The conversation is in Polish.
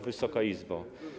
Wysoka Izbo!